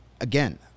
again